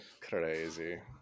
crazy